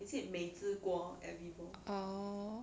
orh